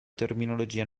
terminologia